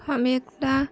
हम एकटा